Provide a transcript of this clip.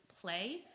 play